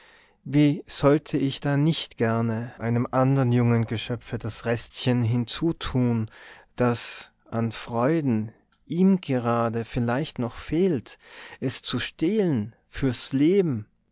wie sollte ich da nicht gern einem andern jungen geschöpfe das restchen hinzutun das an freuden ihm gerade vielleicht noch fehlt es zu stählen fürs leben